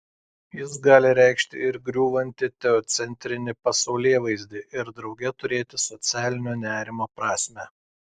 jis gali reikšti ir griūvantį teocentrinį pasaulėvaizdį ir drauge turėti socialinio nerimo prasmę